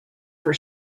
for